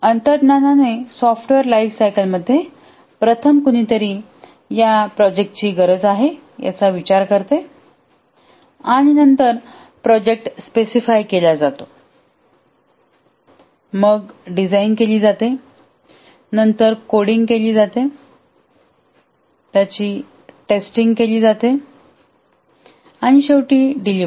अंतर्ज्ञानाने software life cycle मध्येप्रथम कुणीतरी या प्रोजेक्टची गरज आहे याचा विचार करते आणि नंतर प्रोजेक्ट स्पेसीफाय केला जातो मग डिझाइन केली जातो नंतर कोडींग केली जाते त्याची टेस्टिंग केली जाते आणि शेवटी डिलिव्हर्ड